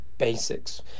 Basics